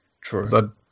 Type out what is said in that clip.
True